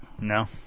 No